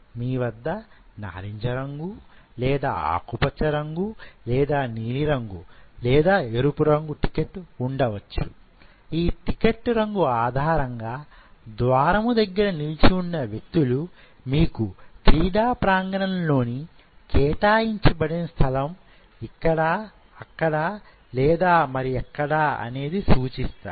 మీ వద్ద నారింజ రంగు లేదా ఆకుపచ్చ రంగు లేదా నీలిరంగు లేదా ఎరుపు రంగు టికెట్ ఉండవచ్చు ఈ టికెట్ రంగు ఆధారంగా ద్వారము దగ్గర నిలిచి ఉన్న వ్యక్తులు మీకు క్రీడా ప్రాంగణంలోని కేటాయించబడిన స్థలం ఇక్కడా అక్కడా లేదా మరి ఎక్కడా అనేది సూచిస్తారు